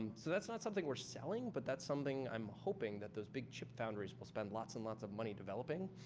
and so that's not something we're selling, but that's something i'm hoping that those big chip foundries will spend lots and lots of money developing.